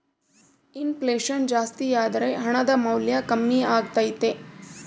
ಇನ್ ಫ್ಲೆಷನ್ ಜಾಸ್ತಿಯಾದರ ಹಣದ ಮೌಲ್ಯ ಕಮ್ಮಿಯಾಗತೈತೆ